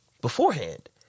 beforehand